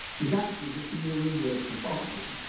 is actually the sumerian word for barley.